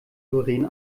doreen